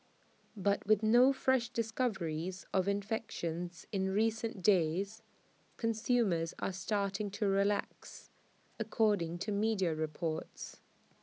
but with no fresh discoveries of infections in recent days consumers are starting to relax according to media reports